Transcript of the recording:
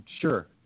sure